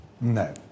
No